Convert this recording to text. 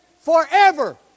forever